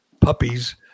puppies